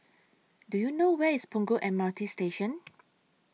Do YOU know Where IS Punggol M R T Station